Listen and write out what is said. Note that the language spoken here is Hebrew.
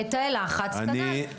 יכול להיות שתאי לחץ כנ"ל.